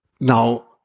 Now